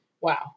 Wow